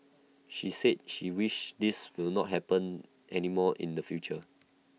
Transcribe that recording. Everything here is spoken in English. she said she wished this will not happen anymore in the future